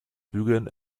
bügeln